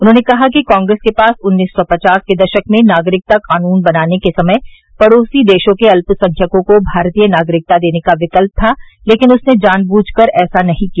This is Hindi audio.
उन्होंने कहा कि कांग्रेस के पास उन्नीस सौ पचास के दशक में नागरिकता कानून बनाने के समय पड़ोसी देशों के अल्पसंख्यकों को भारतीय नागरिकता देने का विकल्प था लेकिन उसने जान बुझकर ऐसा नहीं किया